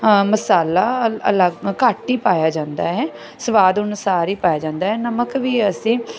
ਮਸਾਲਾ ਘੱਟ ਹੀ ਪਾਇਆ ਜਾਂਦਾ ਹੈ ਸਵਾਦ ਅਨੁਸਾਰ ਹੀ ਪਾਇਆ ਜਾਂਦਾ ਨਮਕ ਵੀ ਅਸੀਂ